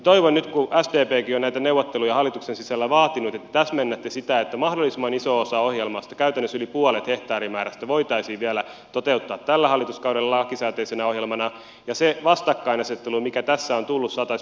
toivon nyt kun sdpkin on näitä neuvotteluja hallituksen sisällä vaatinut että täsmennätte sitä että mahdollisimman iso osa ohjelmasta käytännössä yli puolet hehtaarimäärästä voitaisiin vielä toteuttaa tällä hallituskaudella lakisääteisenä ohjelmana ja se vastakkainasettelu mikä tässä on tullut saataisiin purettua